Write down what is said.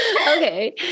Okay